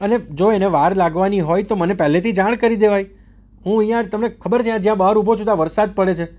અને જો એને વાર લાગવાની હોય તો મને પહેલેથી જાણ કરી દેવાય હું અહીંયા તમને ખબર છે જ્યાં બહાર ઊભો છું ત્યાં વરસાદ પડે છે